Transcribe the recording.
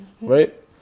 right